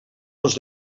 nos